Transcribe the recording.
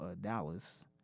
Dallas